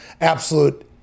absolute